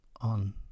on